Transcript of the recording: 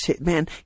man